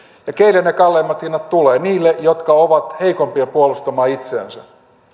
ja keille ne kalleimmat hinnat tulevat niille jotka ovat heikompia puolustamaan itseänsä